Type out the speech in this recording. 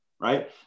right